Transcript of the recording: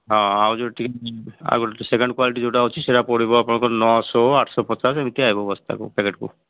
ହଁ ଆଉ ଯୋଉ ଟିକେ ଆଉ ଗୋଟେ ସେକେଣ୍ଡ୍ କ୍ୱାଲିଟି ଯୋଉଟା ଅଛି ସେଇଟା ପଡ଼ିବ ଆପଣଙ୍କ ନଅଶହ ଆଠଶହ ପଚାଶ ଏମିତି ଆଇବ ବସ୍ତାକୁ ପ୍ୟାକେଟ୍କୁ